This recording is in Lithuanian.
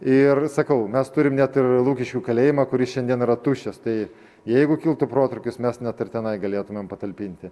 ir sakau mes turim net ir lukiškių kalėjimą kuris šiandien yra tuščias tai jeigu kiltų protrūkis mes net ir tenai galėtumėm patalpinti